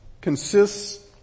consists